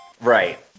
Right